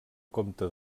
compte